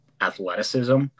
athleticism